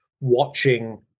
watching